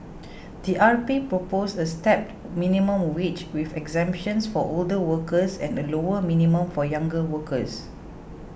the RP proposed a stepped minimum wage with exemptions for older workers and a lower minimum for younger workers